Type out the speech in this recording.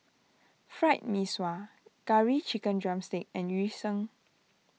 Fried Mee Sua Curry Chicken Drumstick and Yu Sheng